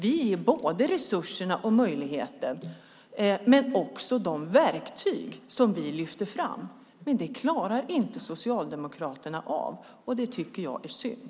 Vi ger både resurserna och möjligheterna, och vi lyfter också fram verktygen. Det klarar inte Socialdemokraterna av att göra, och det tycker jag är synd.